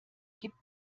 gibt